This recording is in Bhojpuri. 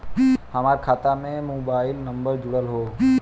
हमार खाता में मोबाइल नम्बर जुड़ल हो?